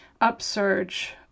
upsurge